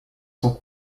son